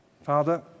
Father